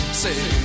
Say